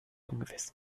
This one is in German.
ungewiss